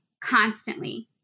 constantly